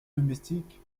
domestique